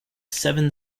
seven